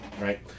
right